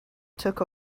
took